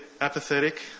apathetic